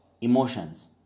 emotions